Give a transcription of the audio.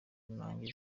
nanjye